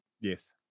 Yes